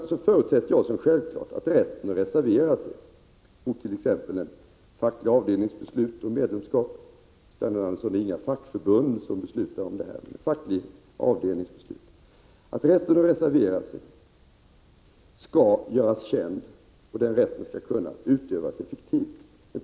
Jag förutsätter att det är självklart att rätten att reservera sig mott.ex. en facklig avdelnings beslut om medlemskap — Sten Andersson, det är inga fackförbund som beslutar utan det är fackliga avdelningar — skall göras känd, och den rätten skall kunna utövas effektivt.